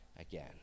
Again